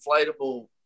inflatable